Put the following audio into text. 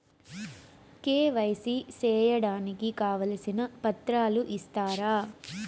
KYC సేయడానికి కావాల్సిన పత్రాలు ఇస్తారా?